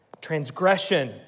transgression